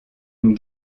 une